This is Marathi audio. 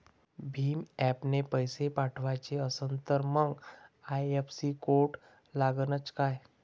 भीम ॲपनं पैसे पाठवायचा असन तर मंग आय.एफ.एस.सी कोड लागनच काय?